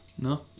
No